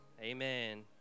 Amen